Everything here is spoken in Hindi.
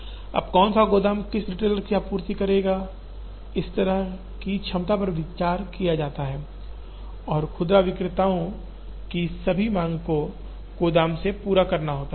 अब कौन सा गोदाम किस रिटेलर को आपूर्ति करेगा इस तरह की क्षमता पर विचार किया जाता है और खुदरा विक्रेताओं की सभी मांग को गोदाम से पूरा करना होता है